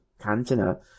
Cantina